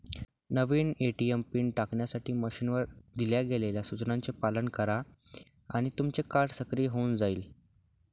नवीन ATM PIN टाकण्यासाठी मशीनवर दिल्या गेलेल्या सूचनांचे पालन करा आणि तुमचं कार्ड सक्रिय होऊन जाईल